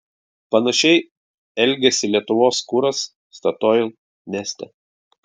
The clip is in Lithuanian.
panašiai elgėsi lietuvos kuras statoil neste